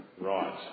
right